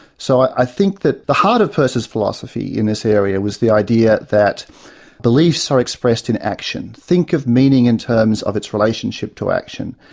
so, i think that the heart of peirce's philosophy in this area was the idea that beliefs are expressed in action think of meaning in terms of its relationship to action.